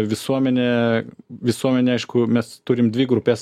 visuomenė visuomenė aišku mes turim dvi grupes